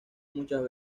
muchas